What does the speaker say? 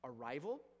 arrival